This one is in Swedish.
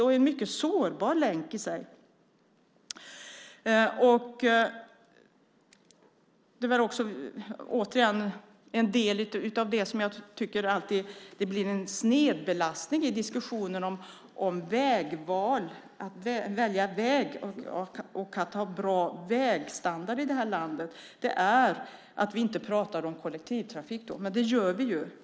Det är en mycket sårbar länk i sig. Jag tycker att det blir en snedbelastning i diskussionen om att välja väg och att ha bra vägstandard i landet. Det sägs att vi inte pratar om kollektivtrafiken. Men det gör vi ju!